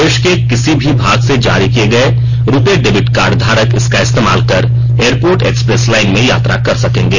देश के किसी भी भाग से जारी किए गए रुपे डेबिट कार्ड धारक इसका इस्तेमाल कर एयरपोर्ट एक्सप्रेस लाइन में यात्रा कर सकेंगे